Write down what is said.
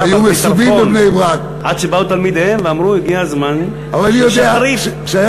עד שבאו תלמידיהם ואמרו: הגיע זמן קריאת שמע של שחרית.